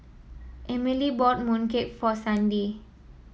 Emilee bought mooncake for Sandi